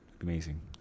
amazing